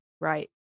Right